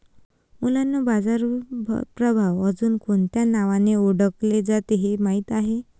मुलांनो बाजार प्रभाव अजुन कोणत्या नावाने ओढकले जाते हे माहित आहे?